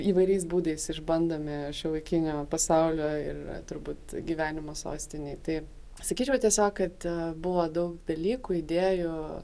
įvairiais būdais išbandomi šiuolaikinio pasaulio ir turbūt gyvenimo sostinėj tai sakyčiau tiesiog kad buvo daug dalykų idėjų